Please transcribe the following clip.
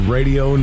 Radio